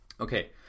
okay